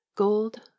gold